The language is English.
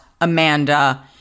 amanda